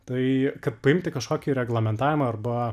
tai kad priimti kažkokį reglamentavimą arba